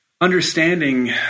understanding –